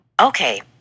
Okay